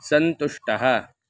सन्तुष्टः